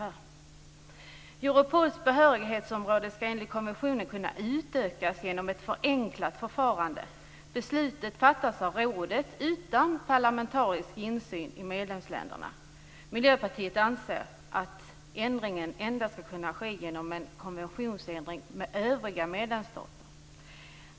Europols behörighetsområde skall enligt konventionen kunna utökas genom ett förenklat förfarande. Beslutet fattas av rådet utan parlamentarisk insyn från medlemsländerna. Miljöpartiet anser att ändringen skall kunna ske endast genom en konventionsändring med övriga medlemsstater.